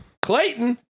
Clayton